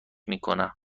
میکنه